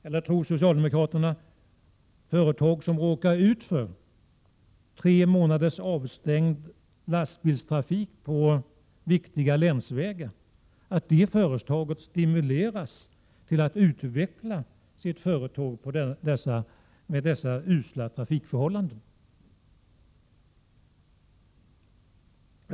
Eller tror socialdemokraterna att ett företag som råkar ut för tre månaders avstängd lastbilstrafik på viktiga länsvägar stimuleras till utveckling med dessa usla trafikförhållanden?